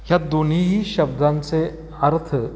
ह्या दोन्हीही शब्दांचे अर्थ